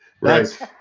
right